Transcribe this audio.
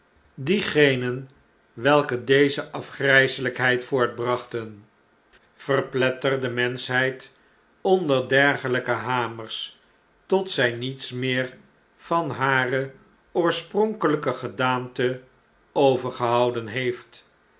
diegenen welke deze afgrijsehjkheid voortbrachten verplettcr de menschheid onder dergelgke hamers tot zij niets meer van hare oorspronkeljjke gedaante overgehouden heeft